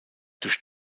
durch